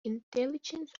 intelligence